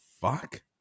fuck